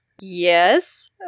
Yes